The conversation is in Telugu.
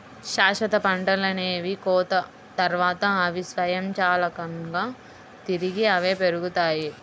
శాశ్వత పంటలనేవి కోత తర్వాత, అవి స్వయంచాలకంగా తిరిగి అవే పెరుగుతాయి